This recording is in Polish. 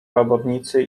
robotnicy